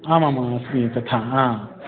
आमाम् अस्मि तथा हा